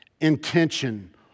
intention